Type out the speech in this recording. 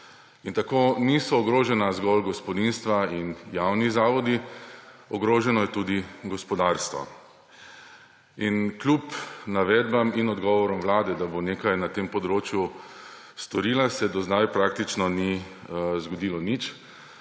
In tako niso ogrožena zgolj gospodinjstva in javni zavodi, ogroženo je tudi gospodarstvo. Kljub navedbam in odgovorom Vlade, da bo nekaj na tem področju storila, se do zdaj praktično ni zgodilo nič,